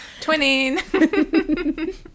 Twinning